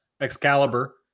Excalibur